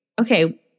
Okay